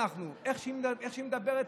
מה מצפים ממנו, שהוא ישמור על